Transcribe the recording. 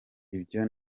ibyo